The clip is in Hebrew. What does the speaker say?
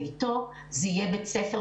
לפחות זה.